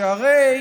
שהרי